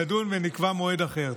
נדון ונקבע מועד אחר.